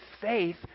faith